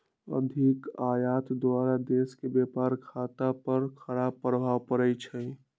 अधिक आयात द्वारा देश के व्यापार खता पर खराप प्रभाव पड़इ छइ